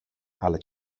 ale